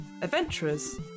adventurers